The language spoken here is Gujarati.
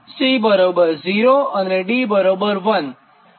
C 0 અને D 1 છે